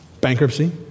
Bankruptcy